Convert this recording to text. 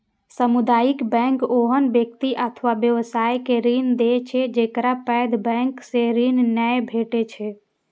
सामुदायिक बैंक ओहन व्यक्ति अथवा व्यवसाय के ऋण दै छै, जेकरा पैघ बैंक सं ऋण नै भेटै छै